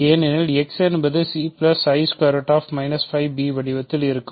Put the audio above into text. ஏனெனில் x என்பது ci b வடிவத்தில் இருக்கும்